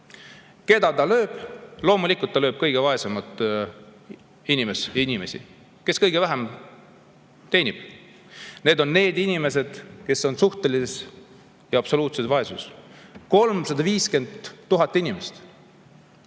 Keda see lööb? Loomulikult lööb see kõige vaesemaid inimesi, neid, kes kõige vähem teenivad. Need on need inimesed, kes on suhtelises ja absoluutses vaesuses. 350 000 inimest!